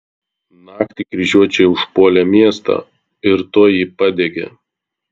naktį kryžiuočiai užpuolė miestą ir tuoj jį padegė